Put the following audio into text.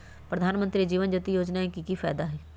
प्रधानमंत्री जीवन ज्योति योजना के की फायदा हई?